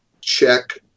check